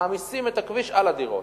מעמיסים את הכביש על הדירות,